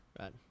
Right